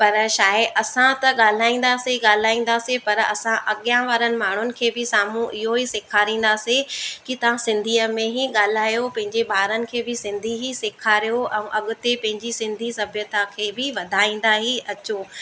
पर छा आहे असां त ॻाल्हाईंदासीं ई ॻाल्हाईंदासीं पर असां अॻियां वारनि माण्हुनि खे बि साम्हूं इहो ई सेखारींदासीं कि तव्हां सिंधीअ में ई ॻाल्हायो पंहिंजे ॿारनि खे बि सिंधी ई सेखारियो अव अॻिते पंहिंजी सिंधी सभ्यता खे बि वधाईंदा ई अचो